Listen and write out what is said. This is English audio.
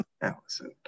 Allison